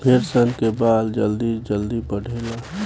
भेड़ सन के बाल जल्दी जल्दी बढ़ेला